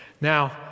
Now